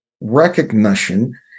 recognition